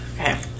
Okay